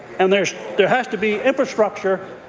and there there has to be infrastructure,